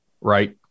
Right